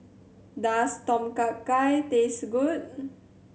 does Tom Kha Gai taste good